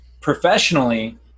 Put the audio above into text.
professionally